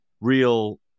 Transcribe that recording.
real